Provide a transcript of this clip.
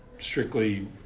strictly